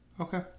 Okay